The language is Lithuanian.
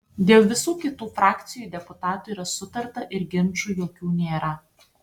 dėl visų kitų frakcijų deputatų yra sutarta ir ginčų jokių nėra